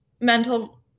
mental